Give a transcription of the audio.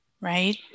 right